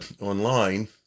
online